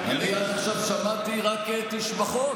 אני עד עכשיו שמעתי רק תשבחות,